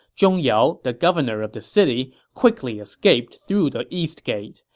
zhong yao, the governor of the city, quickly escaped through the east gate.